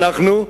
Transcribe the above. ואנו,